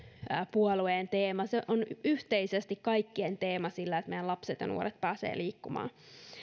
puolueen teema se on yhteisesti kaikkien teema että meidän lapset ja nuoret pääsevät liikkumaan